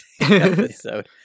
episode